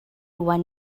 want